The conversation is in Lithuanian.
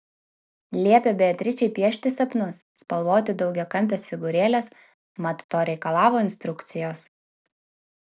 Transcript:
liepė beatričei piešti sapnus spalvoti daugiakampes figūrėles mat to reikalavo instrukcijos